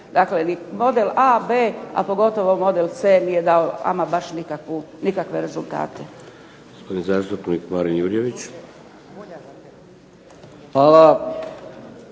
dakle ni model A, B, a pogotovo model C nije dao ama baš nikakve rezultate.